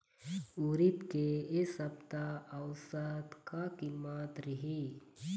उरीद के ए सप्ता औसत का कीमत रिही?